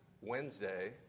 Wednesday